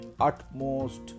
utmost